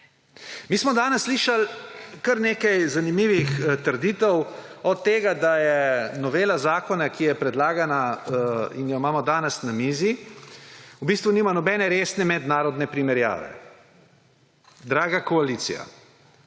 Mi smo danes slišali kar nekaj zanimivih trditev, od tega da novela zakona, ki je predlagana in jo imamo danes na mizi, v bistvu nima nobene resne mednarodne primerjave. Draga koalicija!